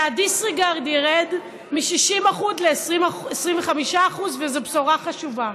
ה-disregard ירד מ-60% ל-25%, וזו בשורה חשובה.